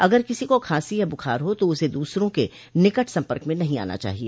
अगर किसी को खांसी या बुखार हो तो उसे दूसरों के निकट संपर्क में नहीं आना चाहिए